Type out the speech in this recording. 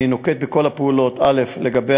אני נוקט את כל הפעולות, א.